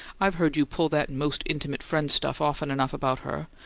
i've heard you pull that most-intimate-friend stuff often enough about her.